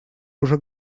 уже